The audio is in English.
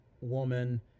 woman